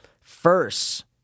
first